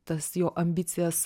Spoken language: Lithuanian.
tas jo ambicijas